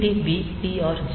SETB TR 0